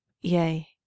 Yea